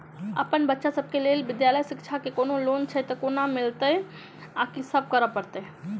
अप्पन बच्चा सब केँ लैल विधालय शिक्षा केँ कोनों लोन छैय तऽ कोना मिलतय आ की सब करै पड़तय